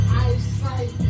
eyesight